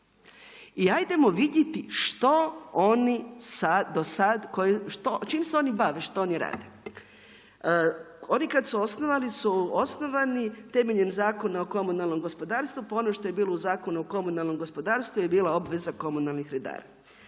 I hajdemo vidjeti što oni do sad, čim se oni bave, što oni rade. Oni kad su osnovani, su osnovani temeljem Zakona o komunalnom gospodarstvu, pa ono što je bilo u Zakonu o komunalnom gospodarstvu je bila obveza komunalnih redara.